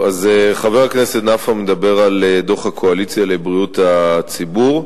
חבר הכנסת נפאע מדבר על דוח "הקואליציה לבריאות הציבור".